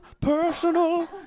personal